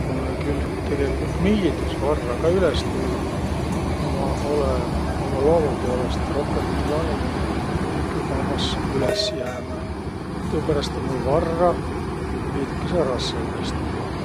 Mullõ külh tegeligult miildüs varra ka üles tullaq, a ma olõ uma loomu poolõst rohkõmb illanõ inemine ja tükü kavvas üles jäämä. Ja tuuperäst um mul varra veidükese rassõ üles tullaq.